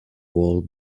wall